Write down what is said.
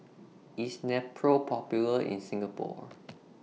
IS Nepro Popular in Singapore